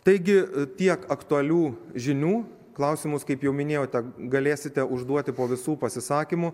taigi tiek aktualių žinių klausimus kaip jau minėjote galėsite užduoti po visų pasisakymų